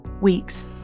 weeks